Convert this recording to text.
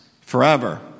forever